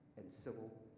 and civil